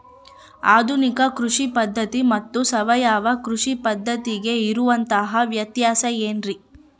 ಆಧುನಿಕ ಕೃಷಿ ಪದ್ಧತಿ ಮತ್ತು ಸಾವಯವ ಕೃಷಿ ಪದ್ಧತಿಗೆ ಇರುವಂತಂಹ ವ್ಯತ್ಯಾಸ ಏನ್ರಿ?